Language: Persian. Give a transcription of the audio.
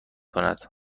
کند